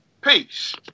Peace